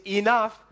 enough